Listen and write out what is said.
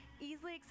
Easily